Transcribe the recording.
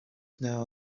know